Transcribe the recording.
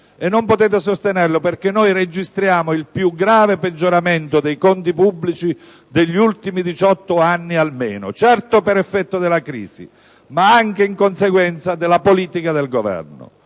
E non potete sostenerlo perché noi registriamo il più grave peggioramento dei conti pubblici degli ultimi 18 anni almeno: certo, per effetto della crisi, ma anche in conseguenza della politica del Governo.